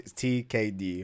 tkd